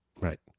Right